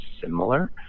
similar